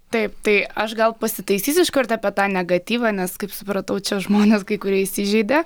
taip tai aš gal pasitaisysiu iškart apie tą negatyvą nes kaip supratau čia žmonės kai kurie įsižeidė